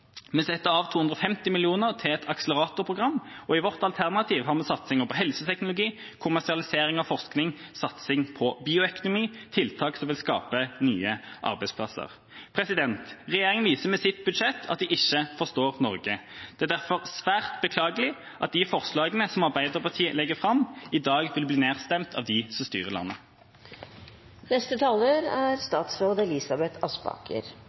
Vi setter av 250 mill. kr til et akseleratorprogram, og i vårt alternativ har vi satsinger på helseteknologi, kommersialisering av forskning, satsing på bioøkonomi – tiltak som vil skape nye arbeidsplasser. Regjeringa viser med sitt budsjett at de ikke forstår Norge. Det er derfor svært beklagelig at de forslagene som Arbeiderpartiet legger fram, i dag vil bli nedstemt av dem som styrer landet. Vi er